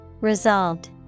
Resolved